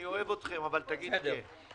אני אוהב אתכם, אבל תגיד כן.